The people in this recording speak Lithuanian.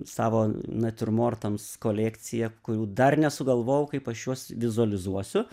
savo natiurmortams kolekciją kurių dar nesugalvojau kaip aš juos vizualizuosiu